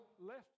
left